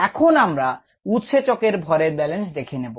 এখন আমরা উৎসেচকের ভরের ব্যালেন্স দেখে নেব